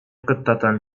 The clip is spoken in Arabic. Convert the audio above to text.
قطة